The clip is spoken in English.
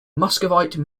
muscovite